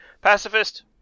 Pacifist